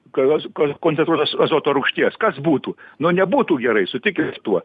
kolas kol kondensuotos azoto rūgšties kas būtų nu nebūtų gerai sutikit su tuo